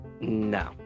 No